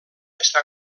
està